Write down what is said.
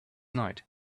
night